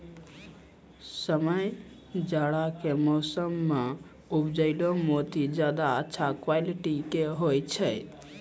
समय जाड़ा के मौसम मॅ उपजैलो मोती ज्यादा अच्छा क्वालिटी के होय छै